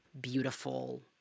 beautiful